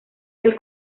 del